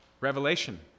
Revelation